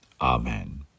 Amen